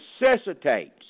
necessitates